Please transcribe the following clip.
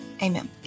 Amen